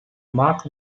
mark